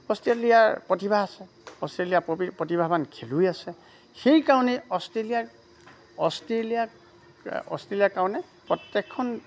অষ্ট্ৰেলিয়াৰ প্ৰতিভা আছে অষ্ট্ৰেলিয়াৰ প্ৰতিভাৱান খেলুৱৈ আছে সেইকাৰণেই অষ্ট্ৰেলিয়াৰ অষ্ট্ৰেলিয়াৰ অষ্ট্ৰেলিয়াৰ কাৰণে প্ৰত্যেকখন